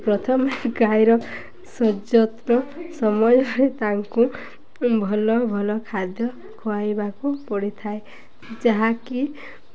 ପ୍ରଥମେ ଗାଈର ସଯତ୍ନ ସମୟରେ ତାଙ୍କୁ ଭଲ ଭଲ ଖାଦ୍ୟ ଖୁଆଇବାକୁ ପଡ଼ିଥାଏ ଯାହାକି